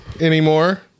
anymore